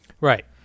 right